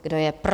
Kdo je pro?